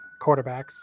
quarterbacks